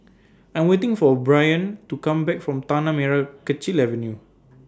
I Am waiting For Bryon to Come Back from Tanah Merah Kechil Avenue